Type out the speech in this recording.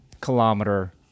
kilometer